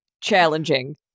challenging